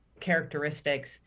characteristics